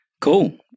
cool